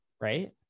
right